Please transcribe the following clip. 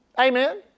Amen